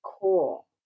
cool